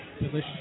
Delicious